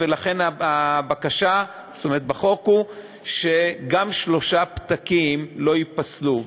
לכן הבקשה בחוק היא שגם שלושה פתקים לא ייפסלו,